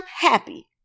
happy